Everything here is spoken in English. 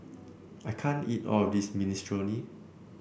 I can't eat all of this Minestrone